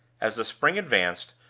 as the spring advanced,